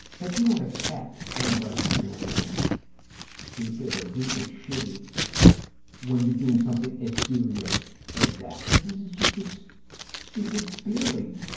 but you don't expect anybody to do anything stupid or really shitty when you're doing something as serious as that, because this is just a stupid beer league.